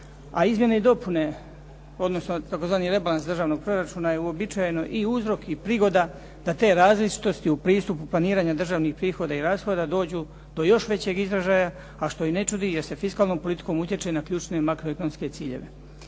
A izmjene i dopune odnosno tzv. rebalans državnog proračuna je uobičajeno i uzrok i prigoda da te različitosti u pristupu planiranja državnih prihoda i rashoda dođu do još većeg izražaja, a što i ne čudi jer se fiskalnom politikom utječe na ključne makroekonomske ciljeve.